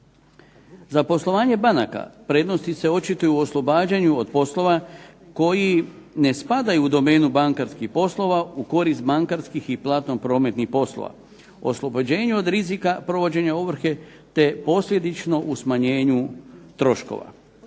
Za poslovanje banaka prednosti se očituju oslobađanju od postupka koji ne spadaju u domenu bankarskih poslova u korist bankarskih i platno prometnih poslova. Oslobođenju od rizika provođenja ovrhe te posljedično u smanjenju troškova.